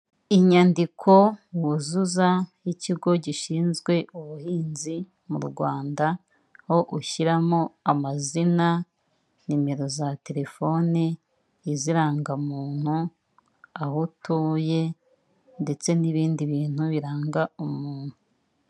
Inyandiko wuzuza y'ikigo gishinzwe ubuhinzi mu Rwanda, ho ushyiramo amazina, nimero za telefoni, izirangamuntu aho utuye ndetse n'ibindi bintu biranga umuntu.